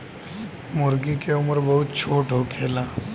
मूर्गी के उम्र बहुत छोट होखेला